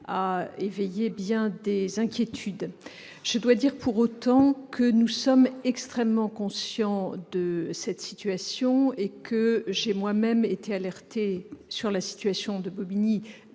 a éveillé bien des inquiétudes, je dois dire pour autant que nous sommes extrêmement conscient de cette situation et que j'ai moi-même été alerté sur la situation de Bobigny